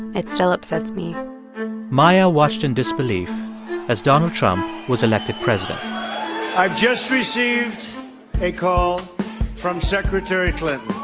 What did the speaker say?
it still upsets me maia watched in disbelief as donald trump was elected president i've just received a call from secretary clinton